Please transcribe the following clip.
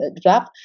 draft